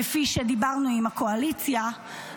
כפי שדיברנו עם הקואליציה,